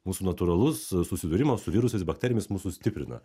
mūsų natūralus susidūrimas su virusais bakterijomis mus sustiprina